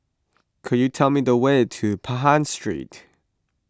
could you tell me the way to Pahang Street